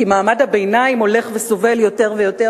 כי מעמד הביניים הולך וסובל יותר ויותר